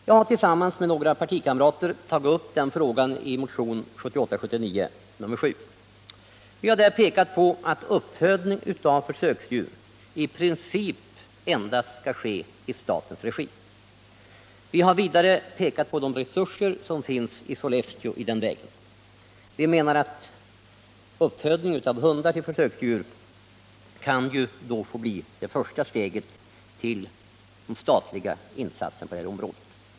Jag har tillsammans med partikamrater tagit upp den frågan i motionen 1978/79:7. Vi har där pekat på att uppfödningen av försöksdjur i princip endast skall ske i statens regi. Vi har vidare pekat på de resurser som finns i Sollefteå i den vägen. Vi menar att uppfödning av hundar till försöksdjur då kan få bli det första steget mot statliga insatser på det här området.